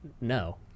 No